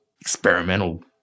experimental